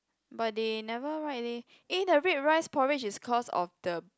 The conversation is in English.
but they never write leh eh the red rice porridge is cause of the